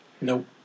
Nope